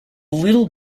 little